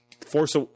Force